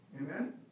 Amen